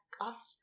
off